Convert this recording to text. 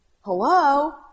Hello